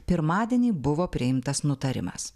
pirmadienį buvo priimtas nutarimas